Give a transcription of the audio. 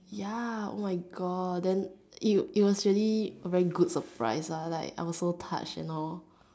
ya oh my god then it it was really a very good surprise lah like I was so touched and all